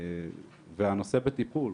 והנושא בטיפול.